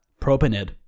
Propanid